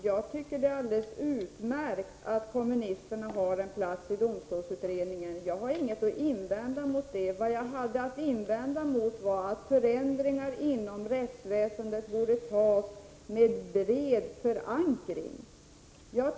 Herr talman! Det är alldeles utmärkt att kommunisterna har en plats i domstolsutredningen. Det har jag ingenting att invända emot. Min invändning gällde att beslut om förändringar inom rättsväsendet borde fattas med en bred förankring.